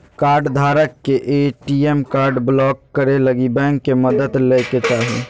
कार्डधारक के ATM card block करे लगी बैंक के मदद लय के चाही